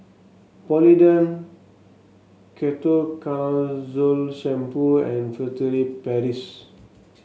Polident Ketoconazole Shampoo and Furtere Paris